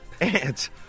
ants